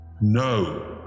No